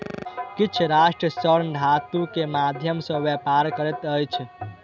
किछ राष्ट्र स्वर्ण धातु के माध्यम सॅ व्यापार करैत अछि